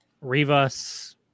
Rivas